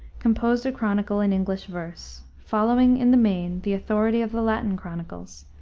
composed a chronicle in english verse, following in the main the authority of the latin chronicles,